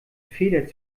feder